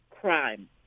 crime